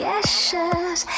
ashes